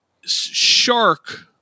shark